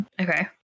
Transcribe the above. Okay